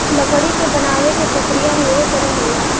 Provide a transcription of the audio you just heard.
लकड़ी के बनावे के प्रक्रिया में एगो चरण होला